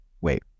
wait